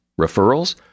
Referrals